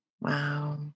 Wow